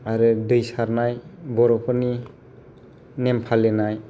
आरो दैसारनाय बर'फोरनि नेम फालिनाय